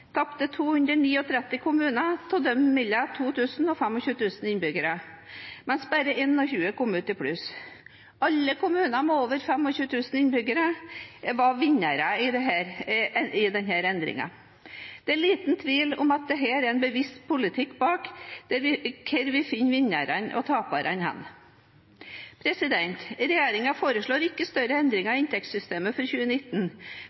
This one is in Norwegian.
mellom 2 000 og 25 000 innbyggere, mens bare 51 kom ut i pluss. Alle kommuner med over 25 000 innbyggere var vinnere i denne endringen. Det er liten tvil om at det her er bevisst politikk bak hvor vi finner vinnerne og taperne. Regjeringen foreslår ikke større endringer i inntektssystemet for 2019,